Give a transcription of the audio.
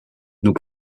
nous